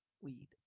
weed